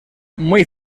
muy